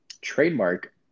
trademark